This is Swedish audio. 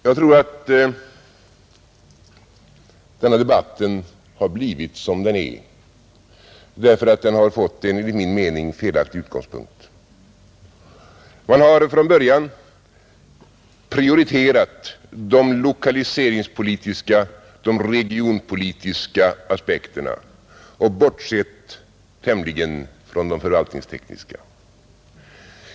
Jag tror att denna debatt har blivit som den är därför att den har fått en enligt min mening felaktig utgångspunkt. Man har från början prioriterat de lokaliseringspolitiska, de regionpolitiska aspekterna och bortsett från de förvaltningstekniska.